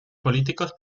políticos